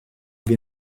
wir